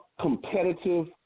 competitive